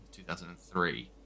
2003